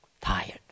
Tired